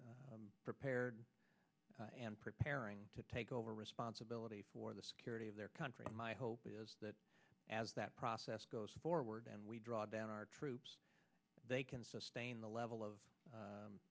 prepared and preparing to over responsibility for the security of their country and my hope is that as that process goes forward and we draw down our troops they can sustain the level of